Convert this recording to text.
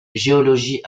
géologie